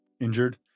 injured